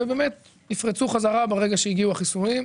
ובאמת יפרצו חזרה ברגע שהגיעו החיסונים,